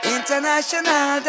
International